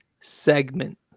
segment